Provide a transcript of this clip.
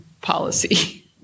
policy